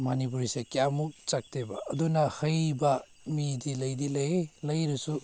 ꯃꯅꯤꯄꯨꯔꯤꯁꯦ ꯀꯌꯥꯃꯨꯛ ꯆꯠꯇꯦꯕ ꯑꯗꯨꯅ ꯍꯩꯕ ꯃꯤꯗꯤ ꯂꯩꯗꯤ ꯂꯩ ꯂꯩꯔꯁꯨ